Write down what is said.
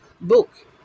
book